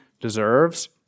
deserves